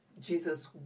Jesus